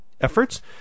efforts